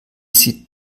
sieht